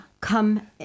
come